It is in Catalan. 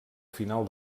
final